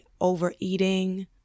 overeating